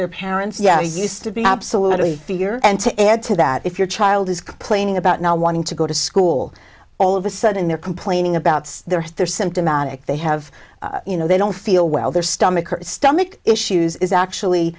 their parents yeah used to be absolutely clear and to add to that if your child is complaining about not wanting to go to school all all of a sudden they're complaining about they're symptomatic they have you know they don't feel well their stomach or stomach issues is actually